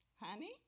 honey